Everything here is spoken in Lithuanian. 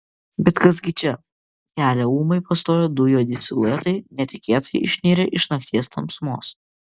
bet kas gi čia kelią ūmai pastojo du juodi siluetai netikėtai išnirę iš nakties tamsumos